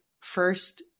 first